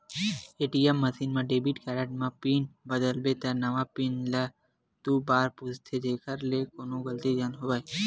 ATM machine म debit card म pin बदलबे त नवा पिन ल दू बार पूछथे जेखर ले कोनो गलती झन होवय